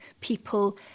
people